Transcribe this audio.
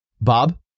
Bob